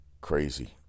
Crazy